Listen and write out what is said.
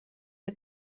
der